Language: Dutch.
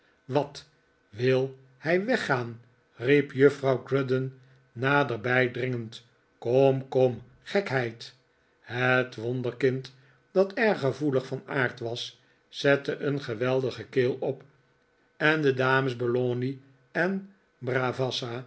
wat wil hij weggaan riep juffrouw grudden naderbij dringend kom kom gekheid het wonderkind dat erg gevoelig van aard was zette een geweldige keel op en de dames belawney en